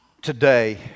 Today